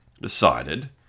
decided